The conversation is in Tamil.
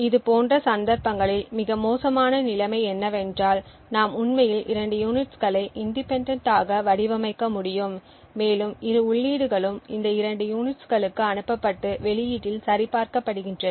இதுபோன்ற சந்தர்ப்பங்களில் மிக மோசமான நிலைமை என்னவென்றால் நாம் உண்மையில் இரண்டு யூனிட்ஸ்களை இன்டெபேன்டென்ட் ஆக வடிவமைக்க முடியும் மேலும் இரு உள்ளீடுகளும் இந்த இரண்டு யூனிட்ஸ்களுக்கு அனுப்பப்பட்டு வெளியீட்டில் சரிபார்க்கப்படுகின்றன